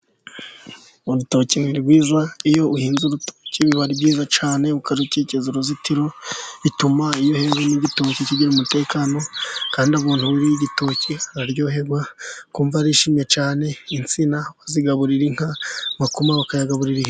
Urutoki ni rwiza iyo uhinze urutoki biba byiza cyane ukarukikiza uruzitiro bituma iyo n'igitoki keze kigira umutekano, kandi umuntu uriye igitoki araryoherwa akumva arishimye cyane, insina uzigaburira inka amakoma bakayagaburira ihene.